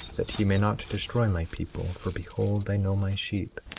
that he may not destroy my people, for behold i know my sheep,